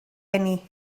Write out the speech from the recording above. eni